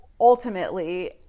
ultimately